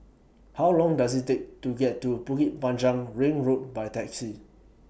How Long Does IT Take to get to Bukit Panjang Ring Road By Taxi